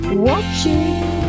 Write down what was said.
watching